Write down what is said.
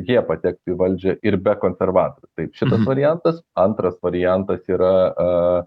jie patektų į valdžią ir be konservatorių tai šitas variantas antras variantas yra